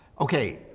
Okay